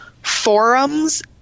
Forums